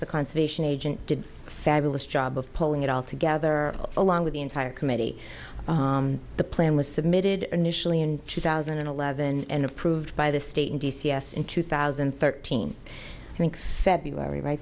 the conservation agent did a fabulous job of pulling it all together along with the entire committee the plan was submitted initially in two thousand and eleven and approved by the state and d c s in two thousand and thirteen february